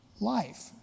life